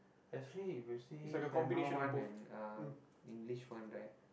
actually if you say Tamil one and uh English one right